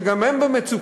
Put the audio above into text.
שגם הם במצוקה,